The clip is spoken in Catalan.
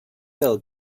del